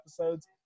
episodes